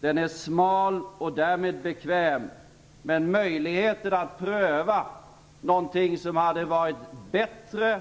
Den är smal och därmed bekväm, men möjligheterna att pröva någonting som hade varit bättre